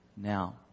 Now